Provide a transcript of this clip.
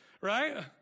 right